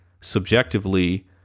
subjectively